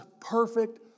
perfect